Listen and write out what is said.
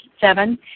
Seven